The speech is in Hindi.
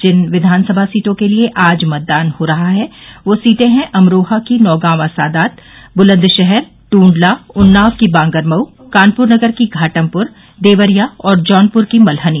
जिन विधानसभा सीटों के लिये आज मतदान हो रहा है वह सीटें हैं अमरोहा की नौगांवा सादात बुलन्दशहर टूडला उन्नाव की बांगरमऊ कानपुर नगर की घाटमपुर देवरिया और जौनपुर की मल्हनी